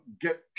get